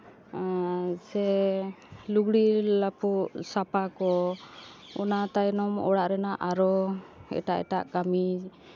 ᱥᱮ ᱞᱩᱜᱽᱲᱤᱡ ᱞᱟᱯᱚᱜ ᱥᱟᱯᱟ ᱠᱚ ᱚᱱᱟ ᱛᱟᱭᱱᱚᱢ ᱚᱲᱟᱜ ᱨᱮᱱᱟᱜ ᱟᱨᱚ ᱮᱴᱟᱜ ᱮᱴᱟᱜ ᱠᱟᱹᱢᱤ